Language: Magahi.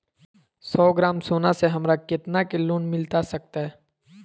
सौ ग्राम सोना से हमरा कितना के लोन मिलता सकतैय?